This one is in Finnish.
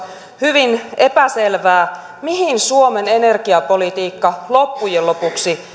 hyvin epäselvää mihin suomen energiapolitiikka loppujen lopuksi